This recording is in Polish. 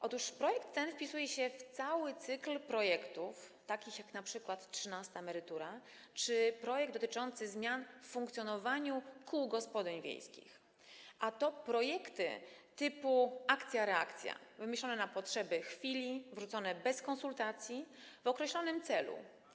Otóż projekt ten wpisuje się w cały cykl projektów, takich jak np. trzynasta emerytura, czy projekt dotyczący zmian w funkcjonowaniu kół gospodyń wiejskich, a to są projekty typu akcja-reakcja, wymyślone na potrzeby chwili, wrzucone bez konsultacji w określonym celu.